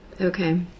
Okay